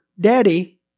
daddy